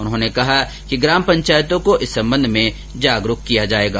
उन्होंने कहा कि ग्राम पंचायतों को इस संबंध में जागरूक किया जाएगा